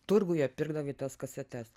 turguje pirkdavai tas kasetes